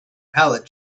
pallet